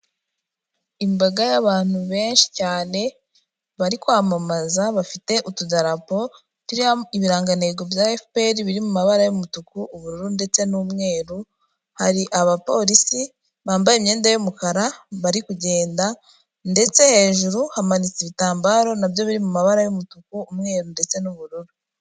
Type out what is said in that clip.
Imbaga y'abantu benshi cyane bari kwamamaza bafite utudarapo turiho ibirangantego bya FPR biri mu mabara y'umutuku, ubururu ndetse n'umweru. Hari abapolisi bambaye imyenda y'umukara bari kugenda ndetse hejuru hamanitse ibitambaro nabyo biri mu mabara y'umutuku, umweru ndetse n'ubururu.